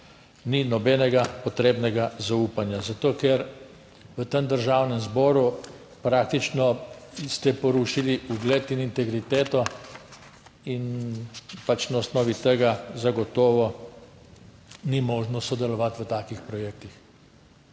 ni nobenega potrebnega zaupanja, zato ker v tem Državnem zboru praktično ste porušili ugled in integriteto in pač na osnovi tega zagotovo ni možno sodelovati v takih projektih.